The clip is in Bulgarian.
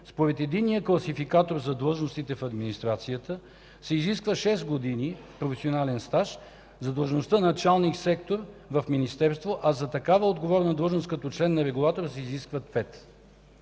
според Единния класификатор за длъжностите в администрацията се изискват 6 години професионален стаж за длъжността „началник сектор” в министерство, а за такава отговорна длъжност като член на регулатора се изискват